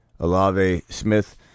Alave-Smith